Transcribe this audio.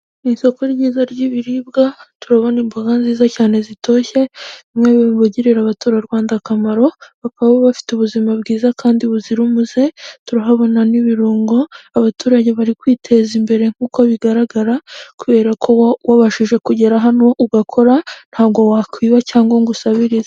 Ni isoko ryiza ry'ibiribwa turabona imboga nziza cyane zitoshye, bimwe mubigirira abaturarwanda akamaro, bakaba bafite ubuzima bwiza kandi buzira umuze turahabona n'ibirungo abaturage bari kwiteza imbere nk'uko bigaragara kubera ko wabashije kugera hano ugakora ntabwo wakwiba cyangwa ngo usabirize.